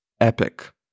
epic